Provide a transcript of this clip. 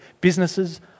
businesses